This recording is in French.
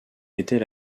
était